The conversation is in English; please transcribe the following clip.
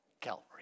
Calvary